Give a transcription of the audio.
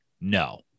No